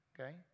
Okay